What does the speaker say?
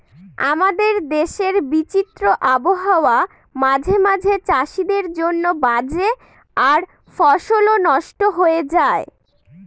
আমাদের দেশের বিচিত্র আবহাওয়া মাঝে মাঝে চাষীদের জন্য বাজে আর ফসলও নস্ট হয়ে যায়